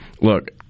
look